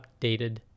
updated